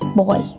boy